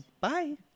Bye